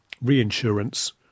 reinsurance